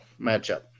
matchup